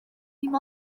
dim